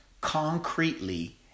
concretely